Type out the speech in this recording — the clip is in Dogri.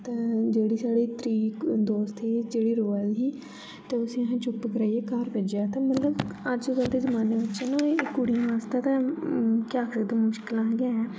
ते जेह्डी साढ़ी त्री दोस्त ही जेह्डी रोआ दी ही ते उस्सी असे चुप कराइयै घर पेजेआ ते मतलब अज्ज कल्ल दे जमाने च ना ऐ कुड़िये आस्तै ते केह् अक्खदे मुश्किला गे ऐ